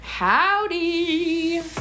Howdy